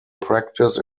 practice